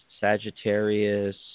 sagittarius